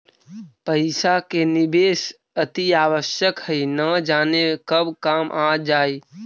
पइसा के निवेश अतिआवश्यक हइ, न जाने कब काम आ जाइ